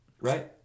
right